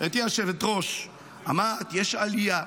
גברתי היושבת-ראש, אמרת שיש עלייה.